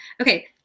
Okay